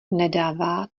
nedává